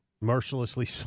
mercilessly